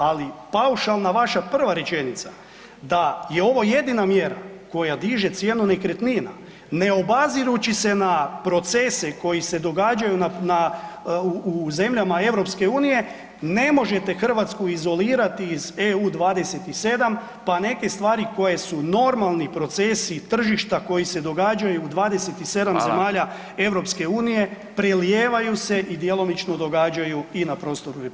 Ali paušalna prva vaša rečenica da je ovo jedina mjera koja diže cijenu nekretnina, ne obazirući se na procese koji se događaju u zemljama EU ne možete Hrvatsku izolirati iz EU 27 pa neke stvari koje su normalni procesi tržišta koji se događaju u 27 zemalja EU prelijevaju se i djelomično događaju i na prostoru RH.